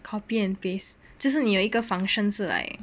copy and paste 就是你有一个 functions 是 like